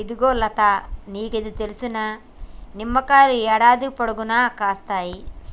ఇగో లతా నీకిది తెలుసా, నిమ్మకాయలు యాడాది పొడుగునా కాస్తాయి